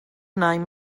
name